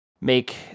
make